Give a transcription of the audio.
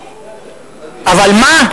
אבל מה?